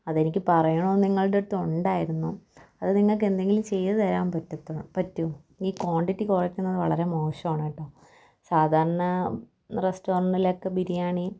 അതെനിക്കു പറയണമെന്നു നിങ്ങളുടെ അടുത്ത് ഉണ്ടായിരുന്നു അതു നിങ്ങൾക്കെന്തെങ്കിലും ചെയ്തു തരാൻ പറ്റത്തോ പറ്റുമോ ഈ ക്വാണ്ടിറ്റി കുറയ്ക്കുന്നതു വളരെ മോശമാണ് കേട്ടോ സാധാരണ റെസ്റ്റോറെൻറ്റിലൊക്കെ ബിരിയാണി